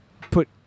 put